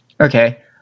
Okay